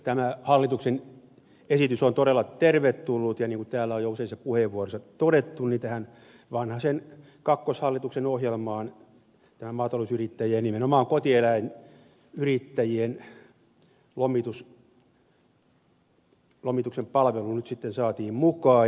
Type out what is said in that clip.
tämä hallituksen esitys on todella tervetullut ja niin kuin täällä on jo useissa puheenvuoroissa todettu tähän vanhasen kakkoshallituksen ohjelmaan tämä maatalousyrittäjien ja nimenomaan kotieläinyrittäjien lomituspalvelu nyt sitten saatiin mukaan